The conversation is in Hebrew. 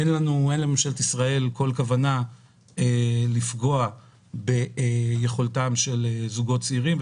אין לממשלת ישראל כל כוונה לפגוע ביכולתם של זוגות צעירים,